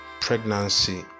pregnancy